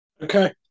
Okay